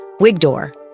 Wigdor